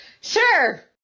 Sure